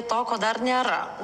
to ko dar nėra